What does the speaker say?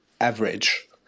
average